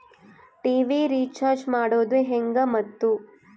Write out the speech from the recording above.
TV recharge ಮಾಡೋದು ಹೆಂಗ ಮತ್ತು?